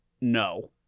No